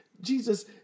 Jesus